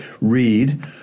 read